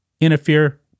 interfere